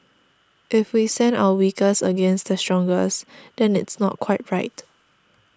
if we send our weakest against the strongest then it's not quite right